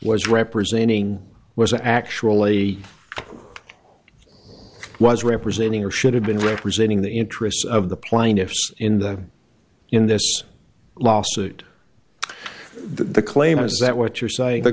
was representing was actually was representing or should have been representing the interests of the plaintiffs in that in this lawsuit the claim is that what you're saying the